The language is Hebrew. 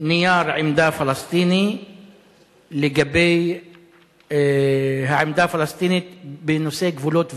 נייר עמדה פלסטיני לגבי העמדה הפלסטינית בנושא גבולות וביטחון.